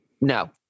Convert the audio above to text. No